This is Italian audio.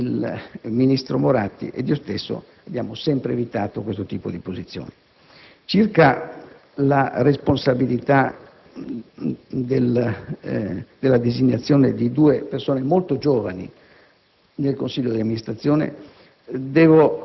mia esperienza di cinque anni al MIUR, il ministro Moratti ed io stesso abbiamo sempre evitato questo tipo di posizione. Circa poi la responsabilità della designazione di due persone molto giovani